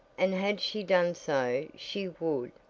and had she done so she would,